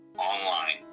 Online